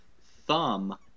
thumb